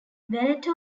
veneto